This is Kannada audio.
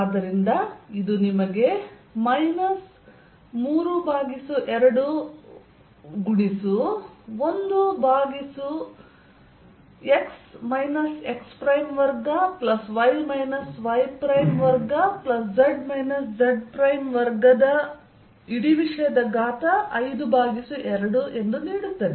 ಆದ್ದರಿಂದ ಇದು ನಿಮಗೆ ಮೈನಸ್ 32 1 ಭಾಗಿಸು x x2 plus y y2 plus z z2 ಘಾತ 52 ನೀಡುತ್ತದೆ